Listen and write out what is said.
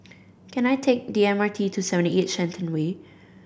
can I take the M R T to seven eight Shenton Way